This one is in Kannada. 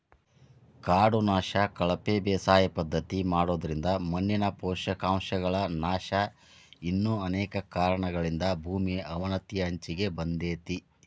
ಕಾಡು ನಾಶ, ಕಳಪೆ ಬೇಸಾಯ ಪದ್ಧತಿ ಮಾಡೋದ್ರಿಂದ ಮಣ್ಣಿನ ಪೋಷಕಾಂಶಗಳ ನಾಶ ಇನ್ನು ಅನೇಕ ಕಾರಣಗಳಿಂದ ಭೂಮಿ ಅವನತಿಯ ಅಂಚಿಗೆ ಬಂದೇತಿ